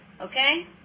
Okay